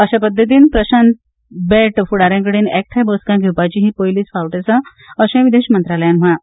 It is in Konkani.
अशा पद्दतीन प्रशांत बेट फुडाऱ्यां कडेन एकठांय बसका घेवपाची ही पयलींच फावट आसा अशेंय विदेश मंत्रालयान म्हळां